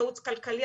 ייעוץ כלכלי,